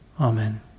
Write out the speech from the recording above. Amen